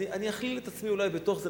אני אכליל את עצמי אולי בתוך זה,